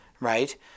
Right